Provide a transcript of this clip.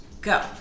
go